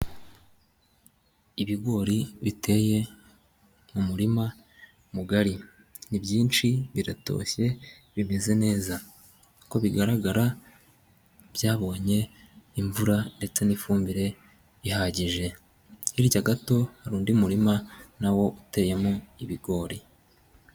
Ibigori biteye mu muririma mugari nibyinshi biratoshye bimeze neza, uko bigaragara byabonye imvura ndetse n'ifumbire ihagije, hirya gato hari undi murima na wo uteyemo ibigori.